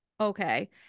okay